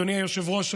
אדוני היושב-ראש,